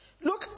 Look